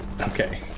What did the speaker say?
okay